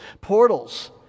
Portals